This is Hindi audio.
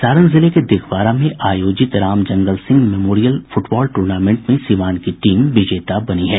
सारण जिले के दिघवारा में आयोजित Ramjangal Singh memorial football tournament में सीवान की टीम विजेता बनी है